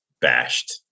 bashed